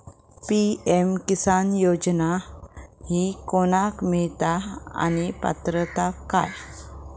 PM किसान योजना ही कोणाक मिळता आणि पात्रता काय?